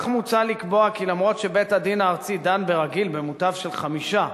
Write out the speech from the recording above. מוצע לקבוע כי אף שבית-הדין הארצי דן ברגיל במותב של חמישה,